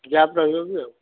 gap ରହିଯାଉଛି ଆଉ